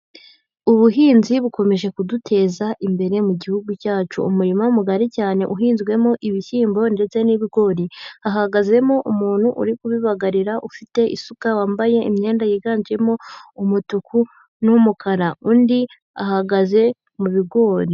Ubuhinzi bukomeje kuduteza imbere mu gihugu cyacu, umurima mugari cyane uhinzwemo ibishyimbo, ndetse n'ibigori. Hahagazemo umuntu uri kubibagarira ufite isuka, wambaye imyenda yiganjemo umutuku n'umukara, undi ahagaze mu bigori.